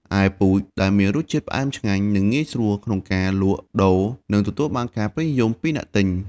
ឯពូជដែលមានរសជាតិផ្អែមឆ្ងាញ់ នឹងងាយស្រួលក្នុងការលក់ដូរ និងទទួលបានការពេញនិយមពីអ្នកទិញ។